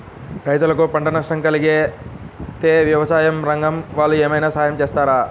రైతులకు పంట నష్టం కలిగితే వ్యవసాయ రంగం వాళ్ళు ఏమైనా సహాయం చేస్తారా?